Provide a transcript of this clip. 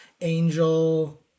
angel